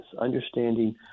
understanding